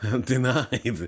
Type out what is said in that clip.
Denied